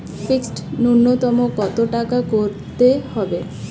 Fixed নুন্যতম কত টাকা করতে হবে?